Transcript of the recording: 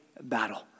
battle